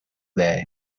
there